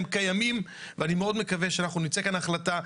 הם קיימים ואני מאוד מקווה שאנחנו נצא כאן בהחלטה,